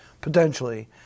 potentially